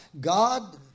God